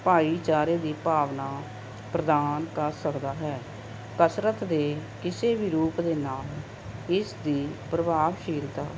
ਭਾਈਚਾਰੇ ਦੀ ਭਾਵਨਾ ਪ੍ਰਦਾਨ ਕਰ ਸਕਦਾ ਹੈ ਕਸਰਤ ਦੇ ਕਿਸੇ ਵੀ ਰੂਪ ਦੇ ਨਾਲ ਇਸ ਦੀ ਪ੍ਰਭਾਵਸ਼ੀਲਤਾ